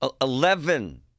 Eleven